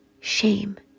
Shame